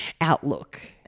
outlook